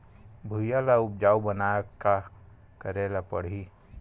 भुइयां ल उपजाऊ बनाये का करे ल पड़ही?